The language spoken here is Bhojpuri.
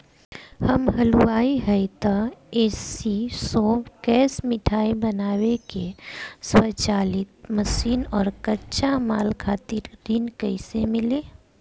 हम हलुवाई हईं त ए.सी शो कैशमिठाई बनावे के स्वचालित मशीन और कच्चा माल खातिर ऋण कइसे मिली?